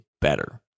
better